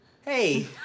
Hey